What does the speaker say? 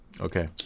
Okay